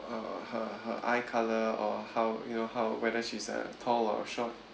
her her her eye color or how you know how whether she's uh tall or short